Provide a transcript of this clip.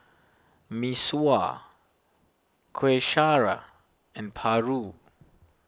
Mee Sua Kuih Syara and Paru